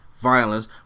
violence